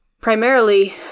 primarily